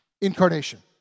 Incarnation